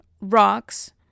rocks